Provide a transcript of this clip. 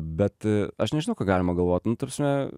bet aš nežinau ką galima galvot nu ta prasme